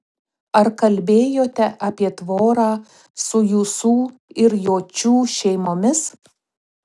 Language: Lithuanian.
ar kalbėjote apie tvorą su jusų ir jočių šeimomis